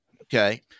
Okay